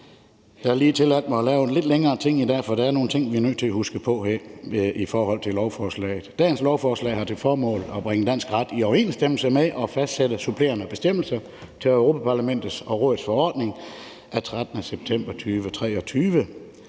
jeg lige tilladt mig at lave en lidt længere tale, for der er nogle ting, vi er nødt til at huske på i forhold til lovforslaget. Dagens lovforslag har til formål at bringe dansk ret i overensstemmelse med og fastsætte supplerende bestemmelser til Europa-Parlamentets og Rådets forordning af 13. september 2023